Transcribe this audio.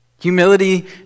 Humility